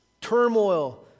turmoil